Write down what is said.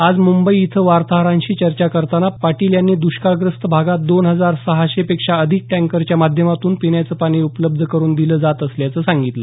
आज मुंबई इथं वार्ताहरांशी चर्चा करतांना पाटील यांनी द्ष्काळग्रस्त भागात दोन हजार सहाशे पेक्षा अधिक टँकरच्या माध्यमातून पिण्याचं पाणी उपलब्ध करुन दिलं जात असल्याचं सांगितलं